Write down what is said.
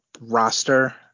roster